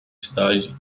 cidade